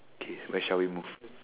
okay where shall we move